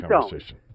conversation